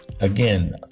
again